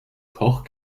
koch